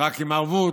רק עם ערבות.